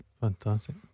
Fantastic